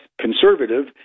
conservative